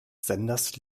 senders